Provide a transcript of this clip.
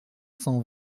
cent